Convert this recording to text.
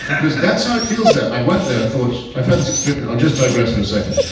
because that's how it feels there. i went there, i thought, i've had his experience i'll just digress for a second.